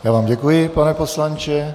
Já vám děkuji, pane poslanče.